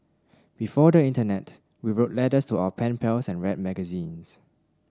before the Internet we wrote letters to our pen pals and read magazines